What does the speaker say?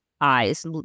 eyes